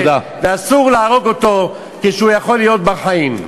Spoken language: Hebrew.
ואסור להרוג אותו כשהוא יכול להיות בר-חיים.